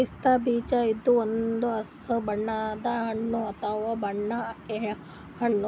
ಪಿಸ್ತಾ ಬೀಜ ಇದು ಒಂದ್ ಹಸ್ರ್ ಬಣ್ಣದ್ ಹಣ್ಣ್ ಅಥವಾ ಒಣ ಹಣ್ಣ್